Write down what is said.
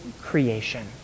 creation